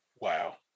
Wow